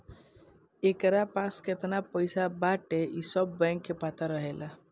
एकरा लगे केतना पईसा बाटे इ सब बैंक के पता रहेला